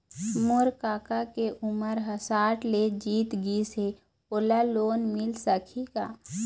मोर कका के उमर ह साठ ले जीत गिस हे, ओला लोन मिल सकही का?